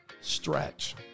Stretch